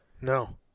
No